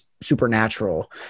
supernatural